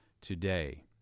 Today